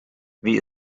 wie